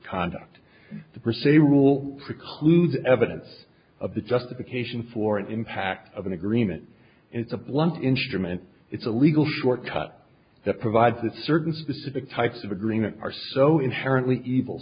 conduct the per se rule precludes evidence of the justification for an impact of an agreement it's a blunt instrument it's a legal shortcut that provides that certain specific types of agreement are so inherently evil